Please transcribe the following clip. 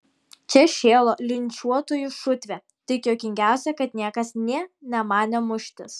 čia šėlo linčiuotojų šutvė tik juokingiausia kad niekas nė nemanė muštis